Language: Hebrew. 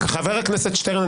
חבר הכנסת שטרן,